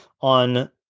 on